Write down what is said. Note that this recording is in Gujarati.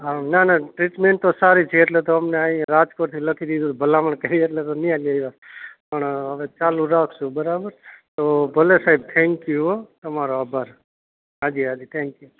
હા ના ના ટ્રીટમેન્ટ તો સારી છે એટલે તો અમને અહીં રાજકોટથી લખી દીધું ભલામણ કરી એટલે તો અહીં લઈ આવ્યા પણ હવે ચાલુ રાખશું બરાબર તો ભલે સાહેબ થેંક યુ હો તમારો આભાર હાજી હાજી થેંક યુ